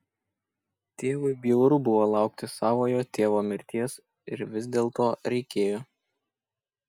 tėvui bjauru buvo laukti savojo tėvo mirties ir vis dėlto reikėjo